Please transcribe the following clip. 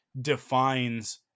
defines